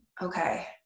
okay